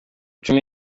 cumi